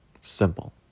Simple